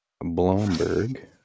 Blomberg